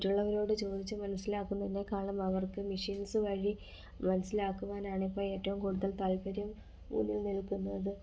മറ്റുള്ളവരോട് ചോദിച്ചു മനസ്സിലാക്കുന്നതിനേക്കാളും അവർക്ക് മെഷീൻസ് വഴി മനസ്സിലാക്കുവാനാണ് ഇപ്പം ഏറ്റവും കൂടുതൽ താൽപ്പര്യം മുന്നിൽ നിൽക്കുന്നത്